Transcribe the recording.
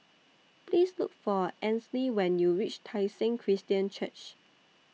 Please Look For Ansley when YOU REACH Tai Seng Christian Church